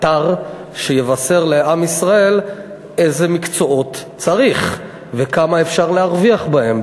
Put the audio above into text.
אתר שיבשר לעם ישראל איזה מקצועות צריך וכמה אפשר להרוויח בהם,